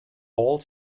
all